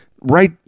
right